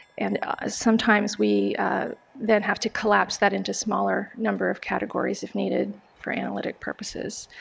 and sometimes we then have to collapse that into smaller number of categories if needed for analytic purposes.